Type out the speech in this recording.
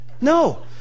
No